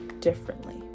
differently